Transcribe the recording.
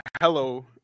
hello